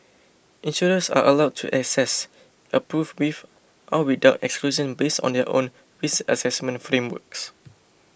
insurers are allowed to assess approve with or without exclusions based on their own risk assessment frameworks